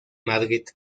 madrid